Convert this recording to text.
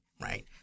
right